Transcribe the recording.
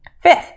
Fifth